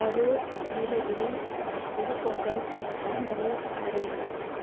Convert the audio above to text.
Karur Nilgiri Pudukkottai Perambalur Ariyalur